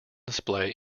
display